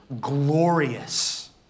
glorious